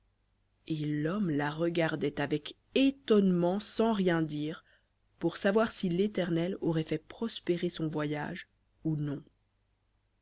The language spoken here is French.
et l'homme la regardait avec étonnement sans rien dire pour savoir si l'éternel aurait fait prospérer son voyage ou non